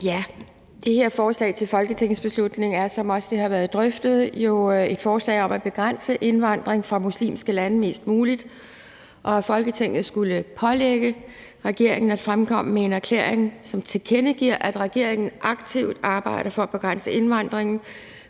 Det her forslag til folketingsbeslutning er jo, som det også har været drøftet, et forslag om at begrænse indvandringen fra muslimske lande mest muligt og om, at Folketinget skulle pålægge regeringen at fremkomme med en erklæring, som tilkendegiver, at regeringen aktivt arbejder for at begrænse indvandringen